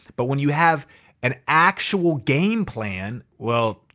but when you have an actual game plan, well,